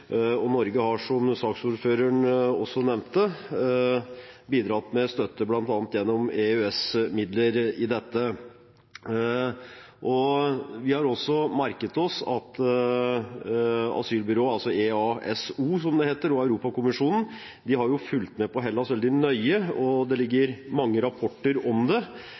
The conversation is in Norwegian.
Norge har, som saksordføreren også nevnte, bidratt med støtte bl.a. gjennom EØS-midlene i dette. Vi har også merket oss at Asylbyrået, altså EASO, som det heter, og Europakommisjonen har fulgt med på Hellas veldig nøye, og det ligger mange rapporter om det.